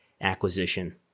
acquisition